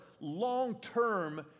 long-term